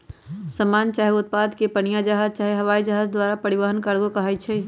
समान चाहे उत्पादों के पनीया जहाज चाहे हवाइ जहाज द्वारा परिवहन कार्गो कहाई छइ